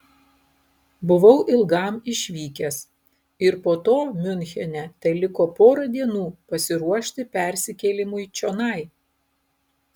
buvau ilgam išvykęs ir po to miunchene teliko pora dienų pasiruošti persikėlimui čionai